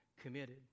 committed